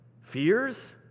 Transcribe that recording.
fears